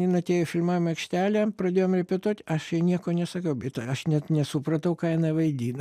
jin atėjo į filmavimo aikštelė pradėjom repetuot aš jai nieko nesakiau bet aš net nesupratau ką jinai vaidina